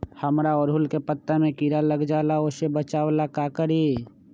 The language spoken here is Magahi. हमरा ओरहुल के पत्ता में किरा लग जाला वो से बचाबे ला का करी?